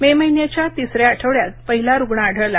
मे महिन्याच्या तिसऱ्या आठवड्यात पहिला रूग्ण आढळला